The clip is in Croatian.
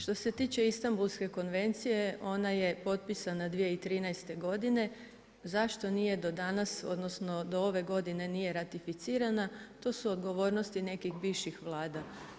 Što se tiče Istambulske konvencije ona je potpisana 2013. godine, zašto nije do danas odnosno do ove godine nije ratificirana, to su odgovornosti nekih bivših vlada.